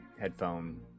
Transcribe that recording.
headphone